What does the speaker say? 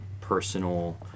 personal